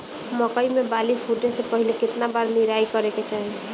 मकई मे बाली फूटे से पहिले केतना बार निराई करे के चाही?